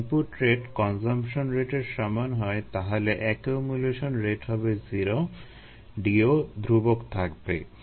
যদি input rate consumption রেটের সমান হয় তাহলে একিউমুলেশন রেট হবে 0 DO ধ্রুবক থাকবে